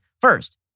First